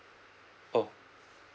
oh